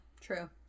true